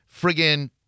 friggin